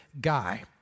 guy